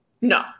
No